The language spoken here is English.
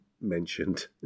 mentioned